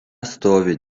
stovi